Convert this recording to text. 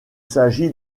s’agit